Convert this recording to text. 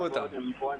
עצמכם.